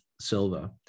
Silva